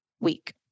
week